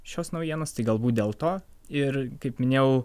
šios naujienos tai galbūt dėl to ir kaip minėjau